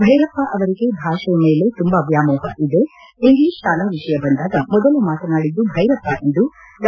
ಭೈರಪ್ಪ ಅವರಿಗೆ ಭಾಷೆಯ ಮೇಲೆ ತುಂಬಾ ವ್ಯಾಮೋಹ ಇದೆ ಇಂಗ್ಲಿಷ್ ಶಾಲಾ ವಿಷಯ ಬಂದಾಗ ಮೊದಲು ಮಾತನಾಡಿದ್ದು ಭೈರಪ್ಪ ಎಂದು ಡಾ